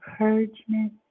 encouragement